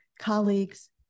colleagues